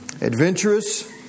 Adventurous